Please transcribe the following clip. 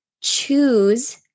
Choose